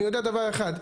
אני יודע דבר אחד,